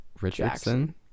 Richardson